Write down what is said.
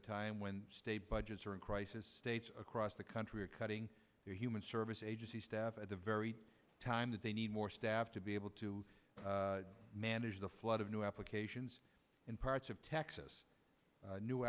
a time when state budgets are in crisis states across the country are cutting their human service agency staff at the very time that they need more staff to be able to manage the flood of new applications and parts of texas